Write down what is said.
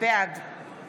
בעד